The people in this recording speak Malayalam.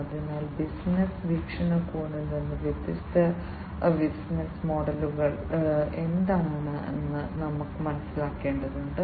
അതിനാൽ ബിസിനസ്സ് വീക്ഷണകോണിൽ നിന്ന് വ്യത്യസ്ത ബിസിനസ്സ് മോഡലുകൾ എന്താണെന്ന് നമ്മൾ മനസ്സിലാക്കേണ്ടതുണ്ട്